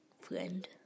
friend